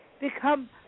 become